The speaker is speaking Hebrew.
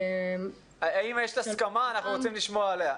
יש הסכמה אנחנו נשמח לשמוע עליה.